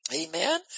Amen